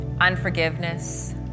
unforgiveness